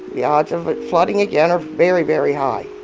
the odds of it flooding again are very, very high